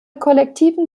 kollektiven